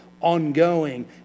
ongoing